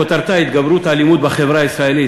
כותרתה: התגברות האלימות בחברה הישראלית,